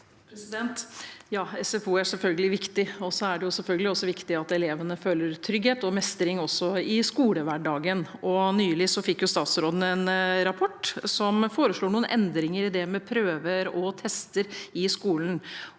SFO er selvfølgelig vik- tig. Så er det selvfølgelig også viktig at elevene føler trygghet og mestring i skolehverdagen. Nylig fikk statsråden en rapport som foreslår noen endringer i det med prøver og testing i skolen.